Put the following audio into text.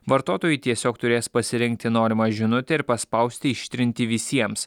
vartotojai tiesiog turės pasirinkti norimą žinutę ir paspausti ištrinti visiems